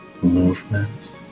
movement